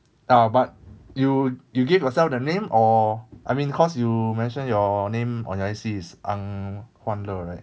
uh but you you give yourself the name or I mean cause you mention your name on your I_C is ang huan le right